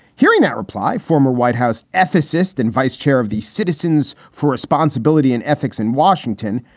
hearing that reply. former white house ethicist and vice chair of the citizens for responsibility and ethics in washington,